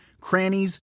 crannies